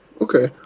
Okay